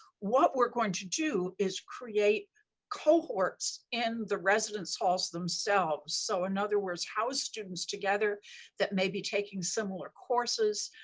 what we're going to do is create cohorts in the residence halls themselves. so in other words, house students together that may be taking similar courses,